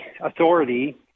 authority